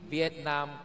Vietnam